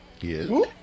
yes